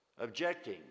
objecting